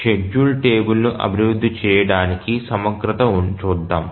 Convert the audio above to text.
schedule టేబుల్ను అభివృద్ధి చేయడానికి సమగ్రతను చూద్దాం